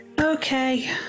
Okay